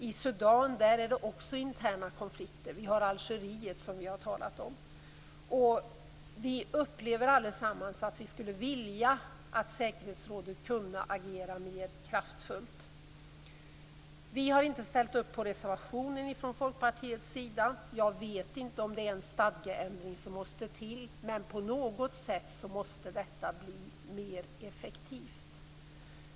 I Sudan är det också interna konflikter, och vi har också talat om Algeriet. Vi upplever allesammans att vi skulle vilja att säkerhetsrådet kunde agera mer kraftfullt. Vi kristdemokrater har inte ställt upp på Folkpartiets reservation. Jag vet inte om det är en stadgeändring som måste till, men på något sätt måste detta bli mer effektivt.